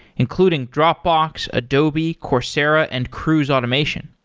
including dropbox, adobe, coursera and cruise automation.